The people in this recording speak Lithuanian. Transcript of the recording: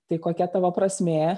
tai kokia tavo prasmė